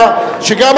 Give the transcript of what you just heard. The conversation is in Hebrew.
שילנסקי.